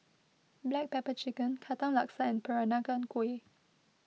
Black Pepper Chicken Katong Laksa and Peranakan Kueh